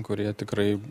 kurie tikrai